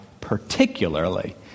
particularly